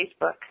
Facebook